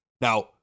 Now